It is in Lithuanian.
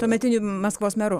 tuometiniu maskvos meru